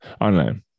Online